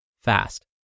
fast